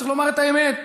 צריך לומר את האמת,